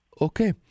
Okay